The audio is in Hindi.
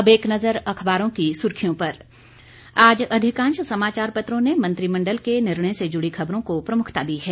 अब एक नजर अखबारों की सुर्खियों पर आज अधिकांश समाचार पत्रों ने मंत्रिमण्डल के निर्णय से जुड़ी खबरों को प्रमुखता दी है